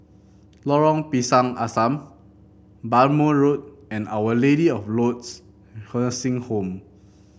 Lorong Pisang Asam Bhamo Road and Our Lady of Lourdes Nursing Home